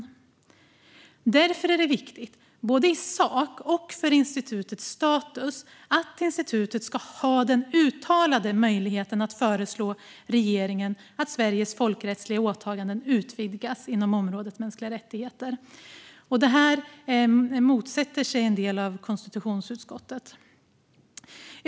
Det är därför viktigt att institutet, både i sak och för dess status, har den uttalade möjligheten att föreslå för regeringen att Sveriges folkrättsliga åtaganden utvidgas inom området mänskliga rättigheter. Det här motsätter sig en del av konstitutionsutskottet.